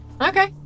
Okay